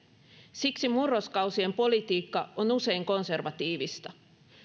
siksi murroskausien politiikka on usein konservatiivista